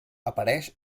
apareix